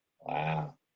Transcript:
Wow